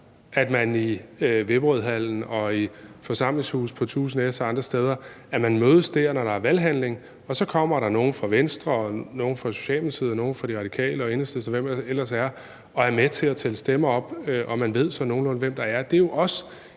at man mødes i Vipperødhallen og i forsamlingshuse på Tuse Næs og andre steder, når der er en valghandling. Så kommer der nogle fra Venstre, nogle fra Socialdemokratiet og nogle fra De Radikale og Enhedslisten, og hvem det ellers er, og er med til at tælle stemmer op. Og man ved sådan nogenlunde, hvem det er.